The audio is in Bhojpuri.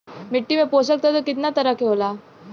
मिट्टी में पोषक तत्व कितना तरह के होला?